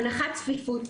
הנחת צפיפות.